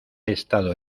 estado